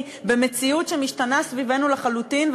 במציאות שמשתנה סביבנו לחלוטין.